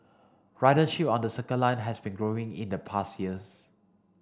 ridership on the Circle Line has been growing in the past years